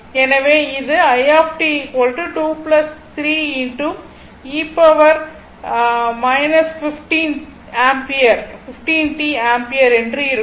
எனவே இதுஆம்பியர் என்று இருக்கும்